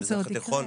המזרח התיכון.